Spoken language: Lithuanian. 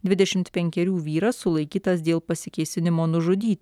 dvidešimt penkerių vyras sulaikytas dėl pasikėsinimo nužudyti